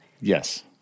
Yes